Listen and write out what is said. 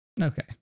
Okay